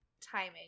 timing